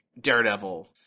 Daredevil